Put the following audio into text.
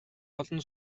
олон